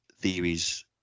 theories